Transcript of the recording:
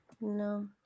No